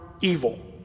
evil